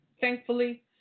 thankfully